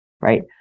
Right